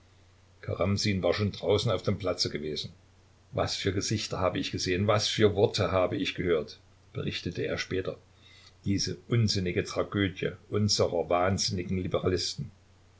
war schon draußen auf dem platze gewesen was für gesichter habe ich gesehen was für worte habe ich gehört berichtete er später diese unsinnige tragödie unserer wahnsinnigen liberalisten